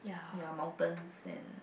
ya mountains and